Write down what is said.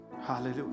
hallelujah